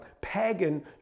pagan